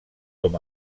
com